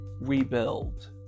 rebuild